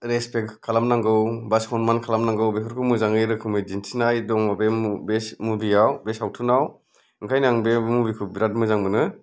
respect खालामनांगौ एबा सनमान खालामनांगौ बेफोरखौ मोजाङै रोखोमै दिन्थिनाय दङ बे मुभियाव बे सावथुनाव ओंखायनो आं बे मुभिखौ बिराद मोजां मोनो